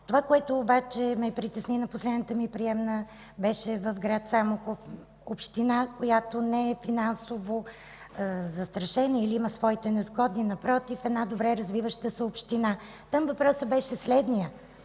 обаче, което ме притесни на последната ми приемна, беше в гр. Самоков – община, която не е финансово застрашена или има своите несгоди. Напротив, тя е добре развиваща се община. Там въпросът беше: общините